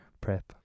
prep